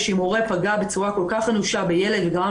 אם הורה פגע בצורה כל כך אנושה בילד וגרם